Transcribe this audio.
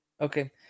Okay